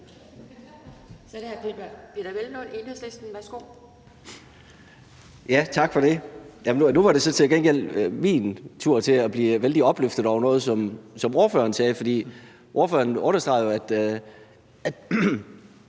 Tak for det. Nu er det så til gengæld min tur til at blive vældig opløftet over noget, som ordføreren sagde, for ordføreren understregede jo, at